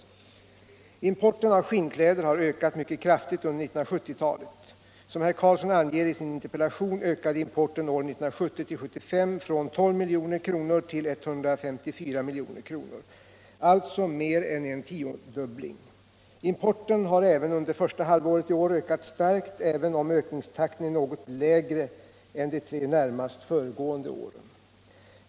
119 Importen av skinnkläder har ökat mycket kraftigt under 1970-talet. Som herr Karlsson anger i sin interpellation ökade importen åren 1970-1975 från 12 milj.kr. till 154 milj.kr., alltså mer än en tiodubbling. Importen har även under första halvåret i år ökat starkt även om ökningstakten är något lägre än de tre närmast föregående åren.